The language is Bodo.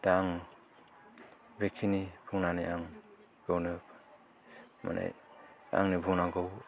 दा आं बेखिनि बुंनानै आं बावनो माने आंनि बुंनांगौ